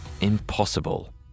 impossible